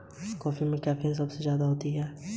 कृषि व्यवसाय विपणन क्या है?